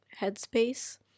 headspace